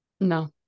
no